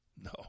No